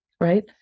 right